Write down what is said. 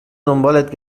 دنبالت